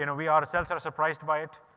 you know we ourselves are surprised by it.